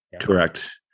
Correct